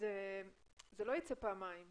זה לא יצא פעמיים.